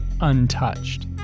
untouched